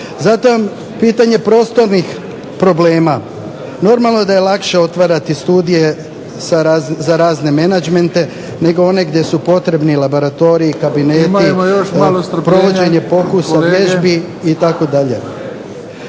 Zatim pitanje prostornih problema. Normalno da je lakše otvarati studije za razne menadžmente, nego one gdje su potrebni laboratoriji, kabineti, provođenje pokusa, vježbi itd.